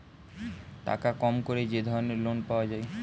টাকা কম করে যে ধরনের লোন পাওয়া যায়